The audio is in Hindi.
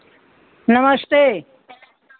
नमस्ते